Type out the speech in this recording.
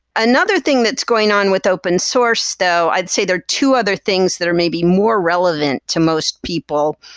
another thing that's going on with open source though, i'd say there are two other things that are maybe more relevant to most people.